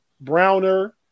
Browner